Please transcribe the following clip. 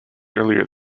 earlier